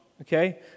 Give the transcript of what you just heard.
Okay